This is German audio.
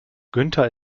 günther